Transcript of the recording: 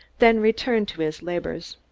then returned to his labors.